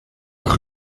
eine